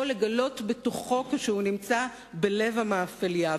לגלות בתוכו כשהוא נמצא בלב המאפליה.